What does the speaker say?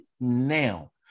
now